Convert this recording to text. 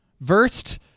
Versed